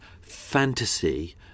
fantasy